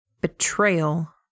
Betrayal